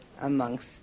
amongst